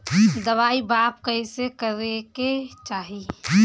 दवाई माप कैसे करेके चाही?